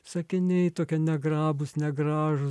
sakiniai tokie negrabūs negražūs